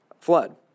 flood